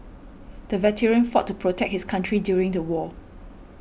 the veteran fought to protect his country during the war